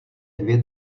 dvě